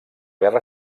guerra